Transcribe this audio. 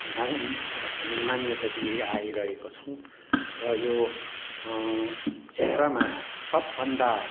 हामी मान्यता दिइआइरहेको छौँ र यो क्षेत्रमा सबभन्दा